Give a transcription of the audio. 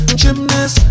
gymnast